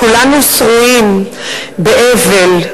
כולנו שרויים באבל,